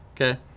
Okay